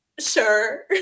Sure